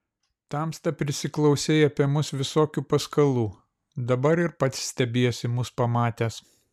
tamsta prisiklausei apie mus visokių paskalų dabar ir pats stebiesi mus pamatęs